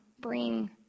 bring